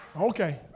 Okay